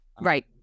Right